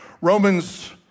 Romans